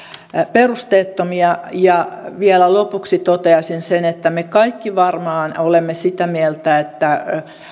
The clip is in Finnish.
perusteettomia vielä lopuksi toteaisin että me kaikki varmaan olemme sitä mieltä että